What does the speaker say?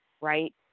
right